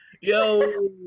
Yo